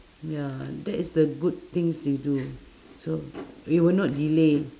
ya that is the good things you do so it will not delay